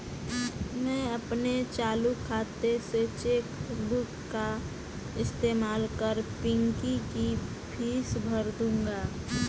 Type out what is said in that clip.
मैं अपने चालू खाता से चेक बुक का इस्तेमाल कर पिंकी की फीस भर दूंगा